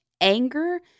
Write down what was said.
anger